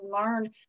learn